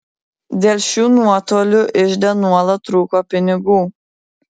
dėl šių nuotolių ižde nuolat trūko pinigų